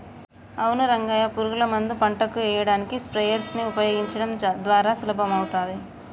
అవును రంగయ్య పురుగుల మందు పంటకు ఎయ్యడానికి స్ప్రయెర్స్ నీ ఉపయోగించడం ద్వారా సులభమవుతాది